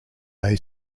may